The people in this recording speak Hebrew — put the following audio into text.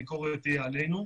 הביקורת היא עלינו,